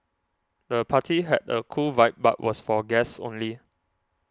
the party had a cool vibe but was for guests only